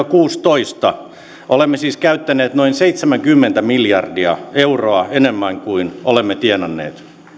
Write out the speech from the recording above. kuusitoista olemme siis käyttäneet noin seitsemänkymmentä miljardia euroa enemmän kuin olemme tienanneet